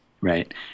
Right